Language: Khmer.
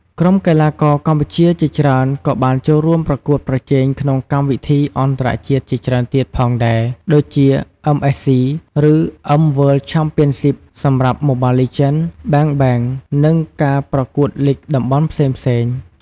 ក្រុមកីឡាករកម្ពុជាជាច្រើនក៏បានចូលរួមប្រកួតប្រជែងក្នុងកម្មវិធីអន្តរជាតិជាច្រើនទៀតផងដែរ ដូចជាអឺមអេសស៊ី ឬ M World Championship សម្រាប់ Mobile Legends: Bang Bang និងការប្រកួតលីគតំបន់ផ្សេងៗ។